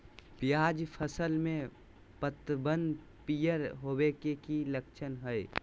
प्याज फसल में पतबन पियर होवे के की लक्षण हय?